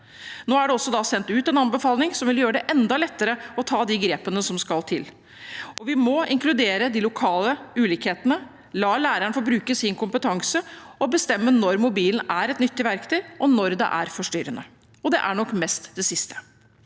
Nå er det da også sendt ut en anbefaling som vil gjøre det enda lettere å ta de grepene som skal til, og vi må inkludere de lokale ulikhetene og la læreren få bruke sin kompetanse og bestemme når mobilen er et nyttig verktøy, og når den er forstyrrende – og det er nok mest det siste.